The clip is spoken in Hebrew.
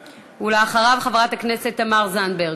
אחריו, חברת הכנסת תמר זנדברג.